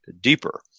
deeper